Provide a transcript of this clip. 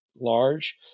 large